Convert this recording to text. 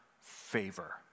favor